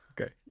Okay